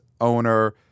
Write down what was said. owner